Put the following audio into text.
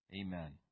Amen